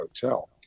Hotel